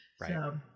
Right